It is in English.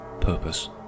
purpose